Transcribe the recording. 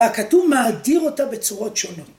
‫הכתוב מאדיר אותה בצורות שונות.